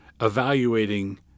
evaluating